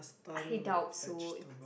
I doubt so